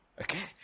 Okay